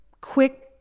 quick